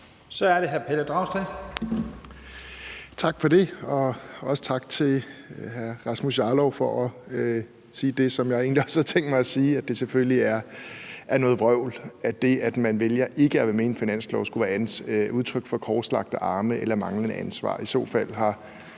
Kl. 09:17 Pelle Dragsted (EL): Tak for det, og også tak til hr. Rasmus Jarlov for at sige det, som jeg egentlig også har tænkt mig at sige, nemlig at det selvfølgelig er noget vrøvl, at det, at man vælger ikke at være med i en finanslov, skulle være udtryk for korslagte arme eller manglende ansvar. I så fald har